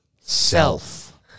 self